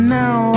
now